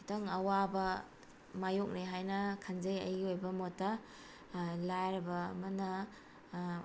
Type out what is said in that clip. ꯈꯤꯇꯪ ꯑꯋꯥꯕ ꯃꯥꯏꯌꯣꯛꯅꯩ ꯍꯥꯏꯅ ꯈꯟꯖꯩ ꯑꯩꯒꯤ ꯑꯣꯏꯕ ꯃꯣꯠꯇ ꯂꯥꯏꯔꯕ ꯑꯃꯅ